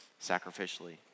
sacrificially